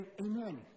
Amen